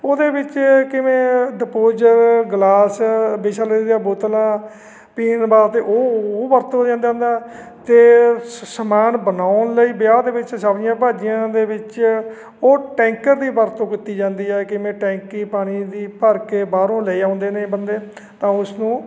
ਉਹਦੇ ਵਿੱਚ ਕਿਵੇਂ ਡਿਪੋਜਲ ਗਲਾਸ ਬਿਸ਼ਲਰੀ ਦੀਆਂ ਬੋਤਲਾਂ ਪੀਣ ਵਾਸਤੇ ਉਹ ਉਹ ਵਰਤ ਹੋ ਜਾਂਦਾ ਦਾ ਅਤੇ ਸ ਸਮਾਨ ਬਣਾਉਣ ਲਈ ਵਿਆਹ ਦੇ ਵਿੱਚ ਸਬਜ਼ੀਆਂ ਭਾਜੀਆਂ ਦੇ ਵਿੱਚ ਉਹ ਟੈਂਕਰ ਦੀ ਵਰਤੋਂ ਕੀਤੀ ਜਾਂਦੀ ਹੈ ਕਿਵੇਂ ਟੈਂਕੀ ਪਾਣੀ ਦੀ ਭਰ ਕੇ ਬਾਹਰੋਂ ਲੈ ਆਉਂਦੇ ਨੇ ਬੰਦੇ ਤਾਂ ਉਸਨੂੰ